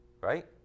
Right